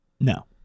No